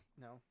No